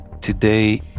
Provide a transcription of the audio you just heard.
today